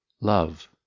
love